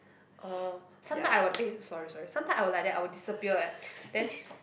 oh sometime I will eh sorry sorry sometime I will like that I will disappear eh then